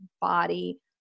body